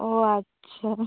ও আচ্ছা